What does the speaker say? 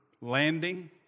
landing